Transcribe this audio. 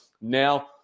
now